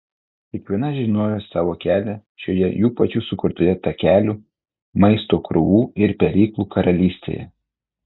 kiekviena žinojo savo kelią šioje jų pačių sukurtoje takelių maisto krūvų ir peryklų karalystėje